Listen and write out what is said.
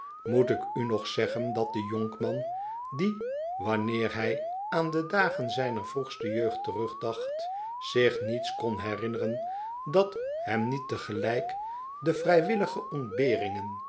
moet ik u nog zeggen dat de jonkman die wanneer hij aan de dagen zijner vroegste jeugd terugdacht zich niets kon hcrinneren dat hem niet tegelijk de vrijwillige ontberingen